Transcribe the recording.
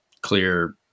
clear